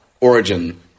origin